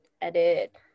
edit